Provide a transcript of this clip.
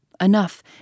enough